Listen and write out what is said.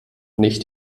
nicht